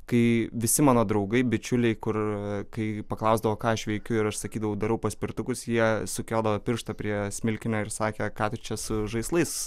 kai visi mano draugai bičiuliai kur kai paklausdavo ką aš veikiu ir aš sakydavau darau paspirtukus jie sukiodavo pirštą prie smilkinio ir sakė ką tu čia su žaislais